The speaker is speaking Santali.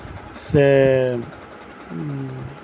ᱥᱮ